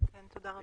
כן, תודה רבה.